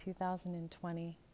2020